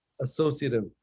associative